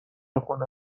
خونه